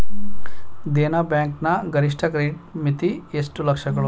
Dena bank ನ ಗರಿಷ್ಠ credit ಮಿತಿ ಎಷ್ಟು ಲಕ್ಷಗಳು?